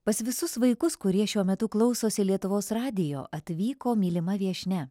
pas visus vaikus kurie šiuo metu klausosi lietuvos radijo atvyko mylima viešnia